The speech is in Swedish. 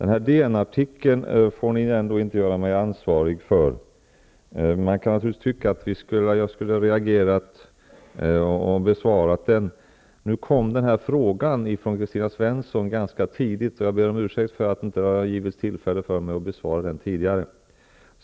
Ni får ändå inte göra mig ansvarig för den omtalade DN-artikeln. Man kan naturligtvis tycka att jag skulle ha reagerat och besvarat den. Nu kom interpellationen från Kristina Svensson ganska tidigt, och jag ber om ursäkt för att det inte tidigare har givits tillfälle för mig att besvara den.